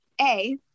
A-